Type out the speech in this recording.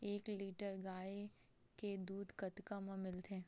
एक लीटर गाय के दुध कतका म मिलथे?